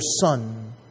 Son